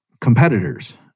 competitors